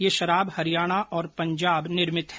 यह शराब हरियाणा और पजांब निर्मित है